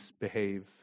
behave